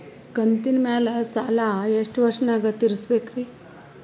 ಕಂತಿನ ಮ್ಯಾಲ ಸಾಲಾ ಎಷ್ಟ ವರ್ಷ ನ್ಯಾಗ ತೀರಸ ಬೇಕ್ರಿ?